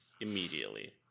immediately